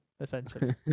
essentially